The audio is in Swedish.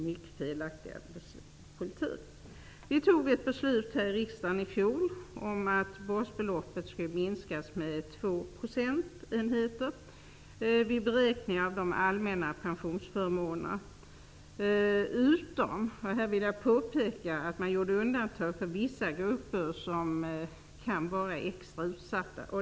Riksdagen fattade i fjol beslut om en minskning av basbeloppet med 2 procentenheter vid beräkningar av de allmänna pensionsförmånerna. Men man gjorde undantag för vissa grupper som kan vara extra utsatta.